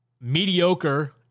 mediocre